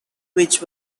which